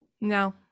No